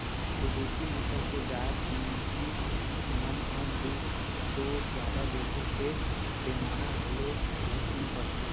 बिदेसी नसल के गाय, भइसी मन ह दूद तो जादा देथे फेर बेमार घलो झटकुन परथे